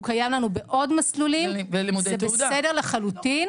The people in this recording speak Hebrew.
הוא קיים לנו בעוד מסלולים וזה בסדר לחלוטין